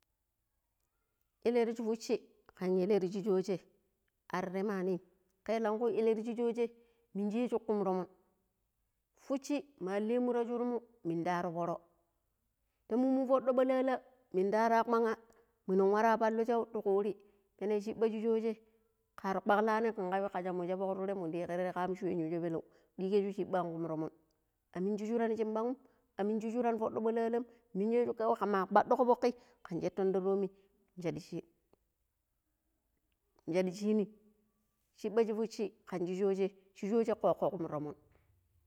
﻿Eleer shi fusshi kan eleer shi shoje ar teemanim kelanku eleer shi shooje minjesu kuma toomon. Fusshi ma an elemu ta shurmu mindaar fooro. Ta mammu fooɗo ɓalala min da aara kpaŋŋa minun waara pallu shau ti kuuri. Penan shiɓɓ shi sooje kaarr kpaklanim kan kabi shaa mu sha fuk ture mu ɗikere am shooin yu shoo peleu dikege shiɓɓa an kuma toom aminji shuran shin bang a minji shuran fooɗo balalam. Minjes̱u kawai ka ma kpadiko fokui kan sheton ta toomi shaɗishi shaɗɗishini shiɓɓa shi fushi kan shi shooje shi shooje kokko kumu toomon.